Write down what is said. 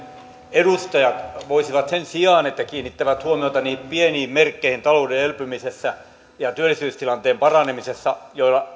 edustajat voisivat sen sijaan että kiinnittävät huomiota niihin pieniin merkkeihin talouden elpymisessä ja työllisyystilanteen paranemisessa